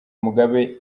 mugabe